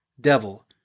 Devil